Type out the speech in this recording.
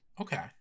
Okay